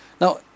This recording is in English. Now